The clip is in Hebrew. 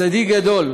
צדיק גדול.